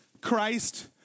Christ